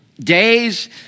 days